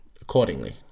accordingly